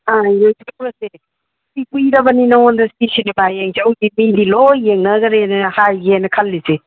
ꯑꯥ ꯌꯦꯡꯊꯣꯛꯎꯔꯁꯦ ꯁꯤ ꯀꯨꯏꯔꯕꯅꯤ ꯅꯪꯉꯣꯟꯗ ꯁꯤ ꯁꯤꯅꯤꯃꯥ ꯌꯦꯡ ꯆꯧꯁꯤ ꯃꯤꯗꯤ ꯂꯣꯏ ꯌꯦꯡꯅꯈ꯭ꯔꯦꯅ ꯍꯥꯏꯒꯦꯅ ꯈꯜꯂꯤꯁꯦ